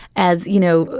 as you know,